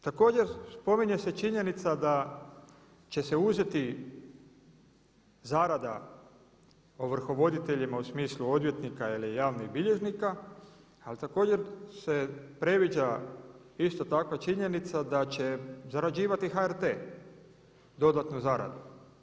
Također spominje se činjenica da će se uzeti zarada ovrhovoditeljima u smislu odvjetnika ili javnih bilježnika, ali također se previđa isto tako činjenica da će zarađivati HRT dodatnu zaradu.